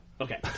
Okay